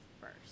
first